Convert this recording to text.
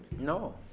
no